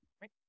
Right